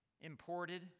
imported